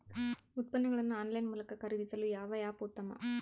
ಉತ್ಪನ್ನಗಳನ್ನು ಆನ್ಲೈನ್ ಮೂಲಕ ಖರೇದಿಸಲು ಯಾವ ಆ್ಯಪ್ ಉತ್ತಮ?